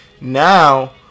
Now